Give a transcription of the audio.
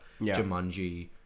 Jumanji